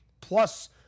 plus